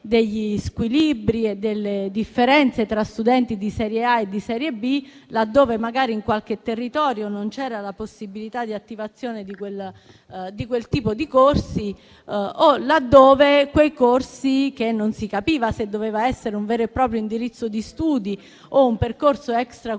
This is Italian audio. degli squilibri e delle differenze tra studenti di serie A e studenti di serie B; e ciò magari in qualche territorio dove non c'era la possibilità di attivazione di quel tipo di corsi o laddove quei corsi, che non si capiva se dovevano essere un vero e proprio indirizzo di studi o un percorso extra-curriculare